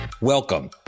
Welcome